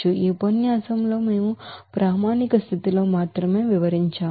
ఈ ఉపన్యాసంలో మేము స్టాండర్డ్ కండిషన్ లో మాత్రమే వివరించాము